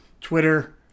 Twitter